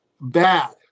Bad